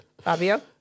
Fabio